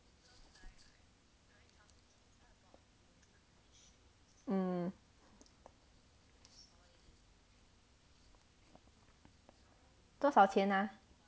mm 多少钱啊